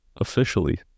Officially